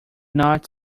not